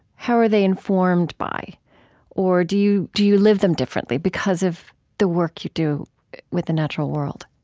how are they informed by or do you do you live them differently because of the work you do with the natural world?